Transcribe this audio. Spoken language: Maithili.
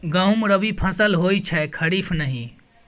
गहुम रबी फसल होए छै खरीफ नहि